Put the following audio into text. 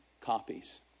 copies